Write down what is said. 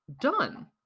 done